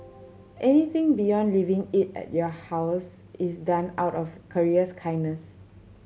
anything beyond leaving it at your house is done out of courier's kindness